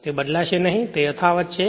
તે બદલાશે નહીં તે યથાવત છે